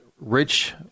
Rich